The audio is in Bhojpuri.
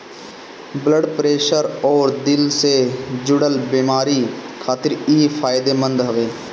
ब्लड प्रेशर अउरी दिल से जुड़ल बेमारी खातिर इ फायदेमंद हवे